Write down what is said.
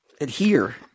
adhere